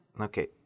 Okay